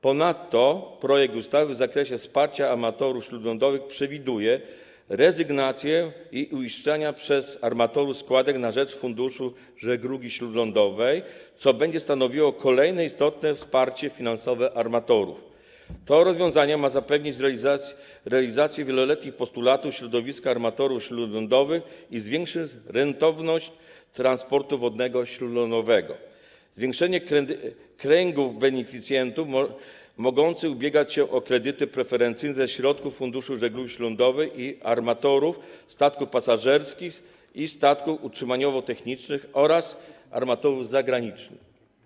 Ponadto w projekcie ustawy w zakresie wsparcia armatorów śródlądowych przewiduje się: rezygnację z uiszczania przez armatorów składek na rzecz Funduszu Żeglugi Śródlądowej, co będzie stanowiło kolejne istotne wsparcie finansowe armatorów - to rozwiązanie ma zapewnić realizację wieloletnich postulatów środowiska armatorów śródlądowych i zwiększyć rentowność transportu wodnego śródlądowego; rozszerzenie kręgu beneficjentów mogących ubiegać się o kredyty preferencyjne ze środków Funduszu Żeglugi Śródlądowej o armatorów statków pasażerskich i statków utrzymaniowo-technicznych oraz o armatorów zagranicznych.